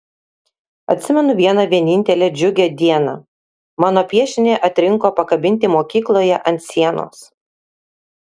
atsimenu vieną vienintelę džiugią dieną mano piešinį atrinko pakabinti mokykloje ant sienos